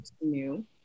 new